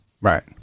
right